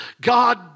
God